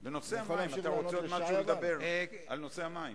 אתה רוצה לומר עוד משהו על נושא המים?